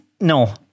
No